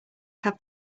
have